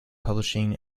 publishing